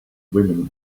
women